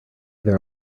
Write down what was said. there